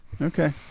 okay